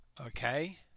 Okay